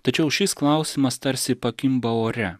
tačiau šis klausimas tarsi pakimba ore